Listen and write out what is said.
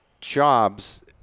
jobs